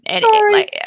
sorry